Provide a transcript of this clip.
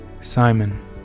Simon